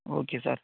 okay sir